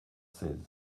seize